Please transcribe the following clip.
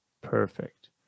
Perfect